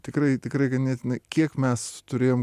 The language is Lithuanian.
tikrai tikrai ganėtinai kiek mes turėjom